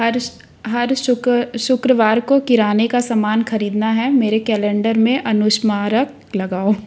हर हर शुक्र शुक्रवार को किराने का सामान खरीदना है मेरे कैलेंडर में अनुस्मारक लगाओ